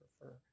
prefer